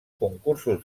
concursos